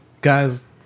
guys